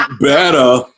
Better